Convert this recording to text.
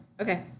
Okay